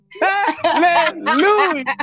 Hallelujah